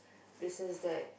places that